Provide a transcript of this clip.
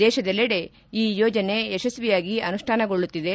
ದೇಶದೆಲ್ಲೆಡೆ ಈ ಯೋಜನೆ ಯಶಸ್ತಿಯಾಗಿ ಅನುಷ್ಠಾನಗೊಳ್ಳುತ್ತಿದೆ